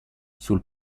sul